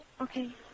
Okay